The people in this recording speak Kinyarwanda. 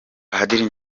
padiri